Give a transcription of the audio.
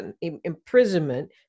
imprisonment